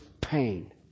pain